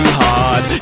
hard